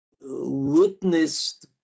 witnessed